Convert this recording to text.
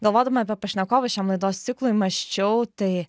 galvodama apie pašnekovus šiam laidos ciklui mąsčiau tai